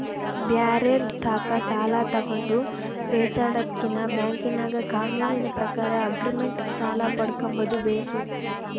ಬ್ಯಾರೆರ್ ತಾಕ ಸಾಲ ತಗಂಡು ಪೇಚಾಡದಕಿನ್ನ ಬ್ಯಾಂಕಿನಾಗ ಕಾನೂನಿನ ಪ್ರಕಾರ ಆಗ್ರಿಮೆಂಟ್ ಸಾಲ ಪಡ್ಕಂಬದು ಬೇಸು